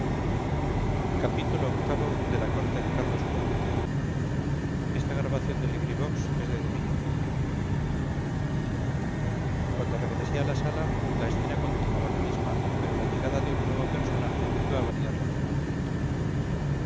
xxvi xxvii xxviii la corte de carlos iv de benito pérez galdós cuando regresé a la sala la escena continuaba la misma pero la llegada de un nuevo personaje iba a variarla por completo